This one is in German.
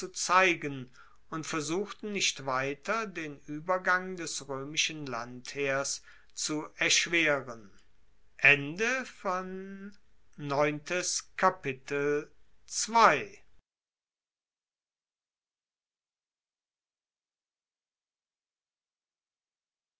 zeigen und versuchten nicht weiter den uebergang des roemischen landheers zu erschweren